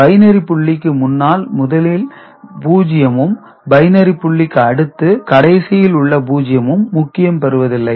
பைனரிபுள்ளிக்கு முன்னால் முதலில் உள்ள 0 ம் பைனரி புள்ளிக்கு அடுத்து கடைசியில் உள்ள 0 ம் முக்கியம் பெறுவதில்லை